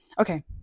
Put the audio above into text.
okay